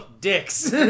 dicks